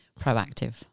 proactive